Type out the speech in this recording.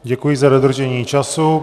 Děkuji za dodržení času.